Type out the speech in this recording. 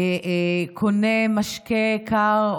קונה משקה קר,